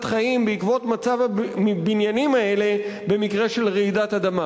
חיים בעקבות מצב הבניינים האלה במקרה של רעידת אדמה?